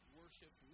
worship